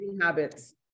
Habits